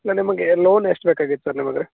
ನಾ ನಿಮಗೆ ಲೋನ್ ಎಷ್ಟು ಬೇಕಾಗಿತ್ತು ಸರ್ ನಿಮ್ಗೆ